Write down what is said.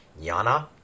yana